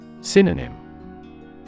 Synonym